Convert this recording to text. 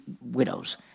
widows